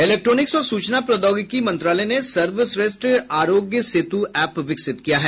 electronics और सूचना प्रौद्योगिकी मंत्रालय ने सर्वश्रेष्ठ आरोग्य सेतु एप विकसित किया है